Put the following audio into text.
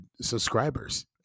subscribers